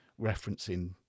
referencing